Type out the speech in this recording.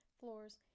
floors